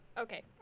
okay